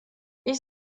ich